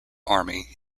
army